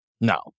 No